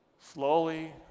slowly